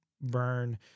burn